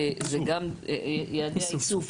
יעדי האיסוף,